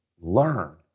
learn